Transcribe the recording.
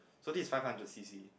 so this five hundred C_C